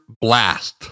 blast